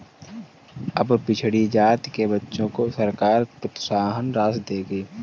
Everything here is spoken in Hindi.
अब पिछड़ी जाति के बच्चों को सरकार प्रोत्साहन राशि देगी